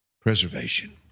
preservation